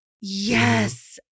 Yes